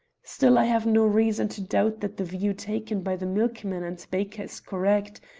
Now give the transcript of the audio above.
still, i have no reason to doubt that the view taken by the milkman and baker is correct,